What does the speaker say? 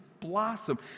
blossom